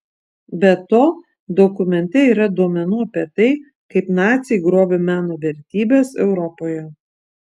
be to dokumente yra duomenų apie tai kaip naciai grobė meno vertybes europoje